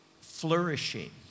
flourishing